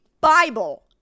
Bible